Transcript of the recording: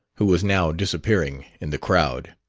who was now disappearing in the crowd.